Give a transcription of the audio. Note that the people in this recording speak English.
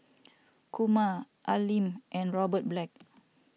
Kumar Al Lim and Robert Black